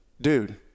Dude